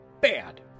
Bad